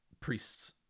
priests